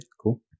Cool